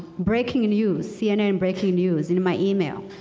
breaking news, cnn breaking news in my email.